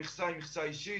המכסה היא מכסה אישית.